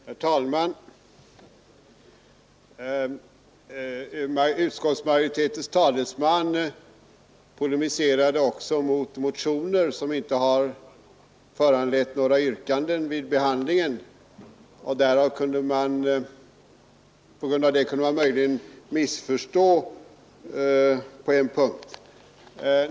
Herr talman! Utskottsmajoritetens talesman polemiserade också mot motioner som inte föranlett några yrkanden vid behandlingen, och det kunde möjligen vålla missförstånd på en punkt.